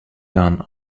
gone